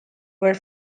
were